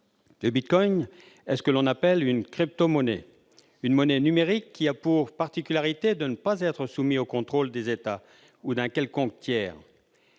Le bitcoin est ce que l'on appelle une crypto-monnaie : une monnaie numérique qui a pour particularité de ne pas être soumise au contrôle des États ou d'un quelconque tiers.